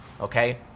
okay